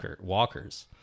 walkers